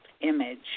image